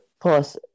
plus